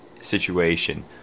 situation